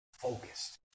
focused